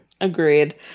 Agreed